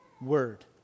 word